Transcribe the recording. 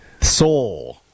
Soul